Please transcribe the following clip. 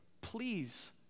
please